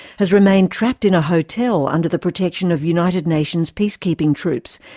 has remained trapped in a hotel under the protection of united nations peacekeeping troops,